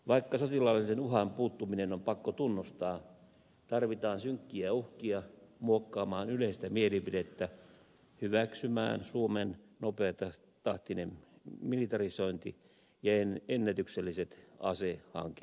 vaikka sotilaallisen uhan puuttuminen on pakko tunnustaa tarvitaan synkkiä uhkia muokkaamaan yleistä mielipidettä hyväksymään suomen nopeatahtinen militarisointi ja ennätykselliset asehankinnat